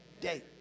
day